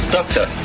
Doctor